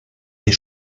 ses